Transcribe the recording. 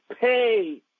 pay